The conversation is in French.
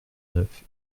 neuf